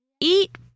Eat